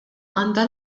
għandha